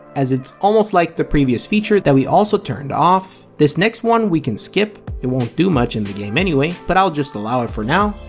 as it's almost like the previous feature that we also turned off, this next one we can skip, it won't do much in the game anyway but i'll just allow it for now,